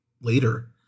later